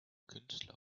künstler